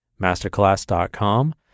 masterclass.com